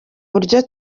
buryo